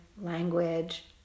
language